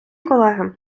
колеги